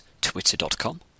twitter.com